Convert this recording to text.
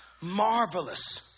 marvelous